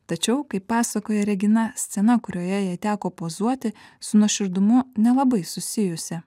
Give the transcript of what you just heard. tačiau kaip pasakoja regina scena kurioje jai teko pozuoti su nuoširdumu nelabai susijusi